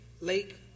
lake